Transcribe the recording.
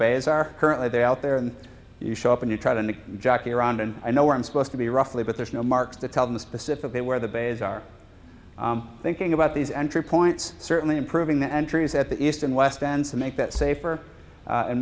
bays are currently they out there and you show up and you try to jockey around and i know where i'm supposed to be roughly but there's no marks to tell them specifically where the bays are thinking about these entry points certainly improving the entries at the east and west bends to make that safer